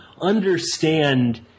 understand